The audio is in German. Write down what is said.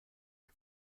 ich